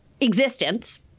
existence